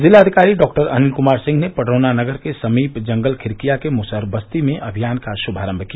जिलाधिकारी डॉ अनिल कुमार सिंह ने पडरौना नगर के समीप जंगल खिरकिया के मुसहर बस्ती में अभियान का शुभारंभ किया